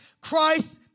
Christ